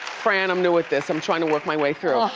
fran i'm new at this, i'm trying to work my way through it.